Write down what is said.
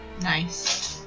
Nice